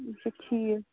اَچھا ٹھیٖک